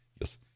Yes